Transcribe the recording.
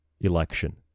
election